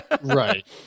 Right